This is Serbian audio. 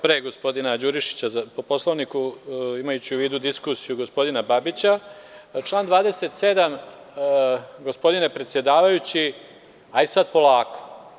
Pre gospodina Đurišića po Poslovniku, imajući u vidu diskusiju gospodina Babića, član 27. gospodine predsedavajući, hajde sada polako.